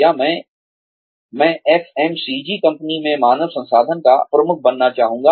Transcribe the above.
या मैं FMCG company में मानव संसाधन का प्रमुख बनना चाहूँगा